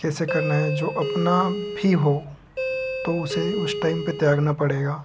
कैसे करना है जो अपना भी हो तो उसे उस टाइम पे त्यागना पड़ेगा